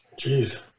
Jeez